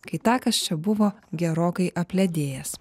kai takas čia buvo gerokai apledėjęs